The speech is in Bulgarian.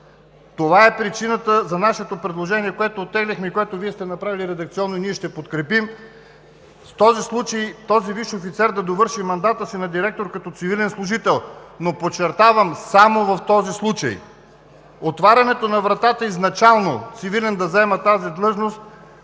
Това е причината за нашето предложение, което оттеглихме, което Вие сте направили редакционно и ние ще подкрепим – в този случай този висш офицер да довърши мандата си на директор като цивилен служител, но подчертавам, само в този случай. Отварянето на вратата изначално цивилен да заема тази длъжност